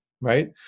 right